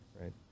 right